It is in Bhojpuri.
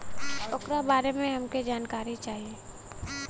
ओकरा बारे मे हमरा के जानकारी चाही?